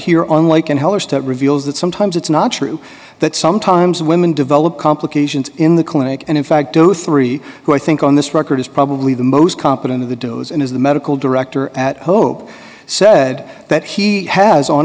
here on like in hellish that reveals that sometimes it's not true that sometimes women develop complications in the clinic and in fact three who i think on this record is probably the most competent of the doe's and is the medical director at hope said that he has on